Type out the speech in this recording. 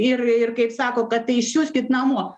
ir ir kaip sako kad tai išsiųskit namo